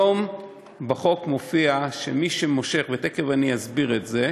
היום בחוק מופיע שמי שמושך, תכף אסביר את זה,